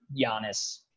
Giannis